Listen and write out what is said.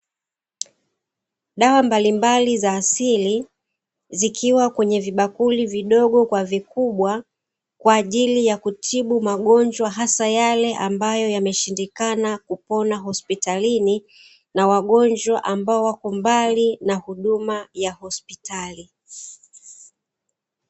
Dawa mbalimbali za asili, zikiwa kwenye vibakuli vidogo kwa vikubwa, kwa ajili ya kutibu magonjwa hasa yale ambayo yameshindikana kupona hospitalini, na wagonjwa ambao wako mbali na huduma ya hospitali.